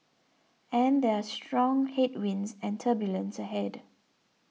and there are strong headwinds and turbulence ahead